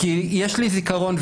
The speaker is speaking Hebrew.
כי יש לי זיכרון,